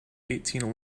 eigtheen